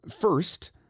First